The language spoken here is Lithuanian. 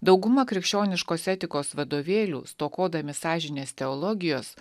dauguma krikščioniškos etikos vadovėlių stokodami sąžinės teologijos